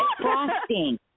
frosting